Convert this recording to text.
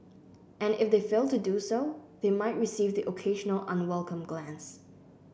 and if they fail to do so they might receive the occasional unwelcome glance